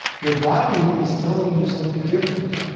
their body is telling you something different